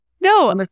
No